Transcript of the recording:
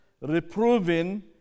reproving